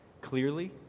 clearly